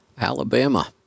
Alabama